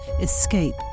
Escape